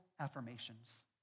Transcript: affirmations